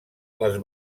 les